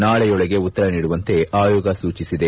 ನಾಳೆಯೊಳಗೆ ಉತ್ತರ ನೀಡುವಂತೆ ಆಯೋಗ ಸೂಚಿಸಿದೆ